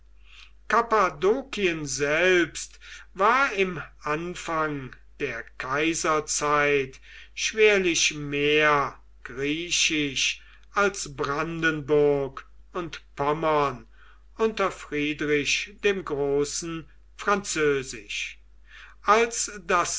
kappadokien selbst war im anfang der kaiserzeit schwerlich mehr griechisch als brandenburg und pommern unter friedrich dem großen französisch als das